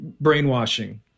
brainwashing